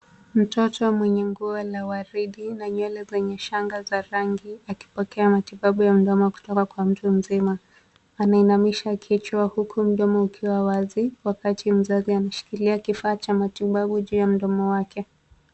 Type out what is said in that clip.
Mtoto mwenye nguo la waridi na nywele zenye shanga za rangi akipokea matibabu ya mdomo kutoka kwa mtu mzima. Anainamisha kichwa huku mdomo ukiwa wazi, wakati mzazi ameshikilia kifaa cha matibabu juu ya mdomo wake.